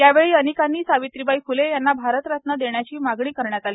यावेळी अनेकांनी सावित्रीबाई फ्ले यांना भारतरत्न देण्याची मागणी करण्यात आली